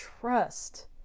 trust